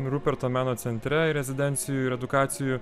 ruperto meno centre rezidencijų ir edukacijų